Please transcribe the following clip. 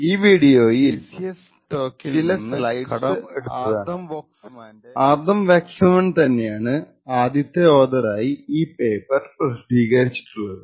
ഈ വീഡിയോയിൽ ചില സ്ലൈഡ്സ് ആദം വേക്സ്മാന്റെ CCS ടാക്കിൽ നിന്ന് കടം എടുത്തതാണ് ആദം വേക്സ്മാൻ തന്നെയാണ് ആദ്യത്തെ ഓതർ ആയി ഈ പേപ്പർ പ്രസിദ്ധീകരിച്ചിട്ടുള്ളത്